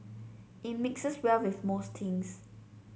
it mixes well with most things